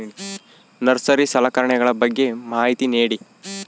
Nursery ಸಲಕರಣೆಗಳ ಬಗ್ಗೆ ಮಾಹಿತಿ ನೇಡಿ?